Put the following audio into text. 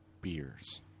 beers